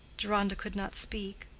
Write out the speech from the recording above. deronda could not speak,